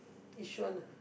Yishun ah